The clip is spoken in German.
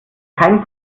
kein